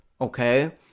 okay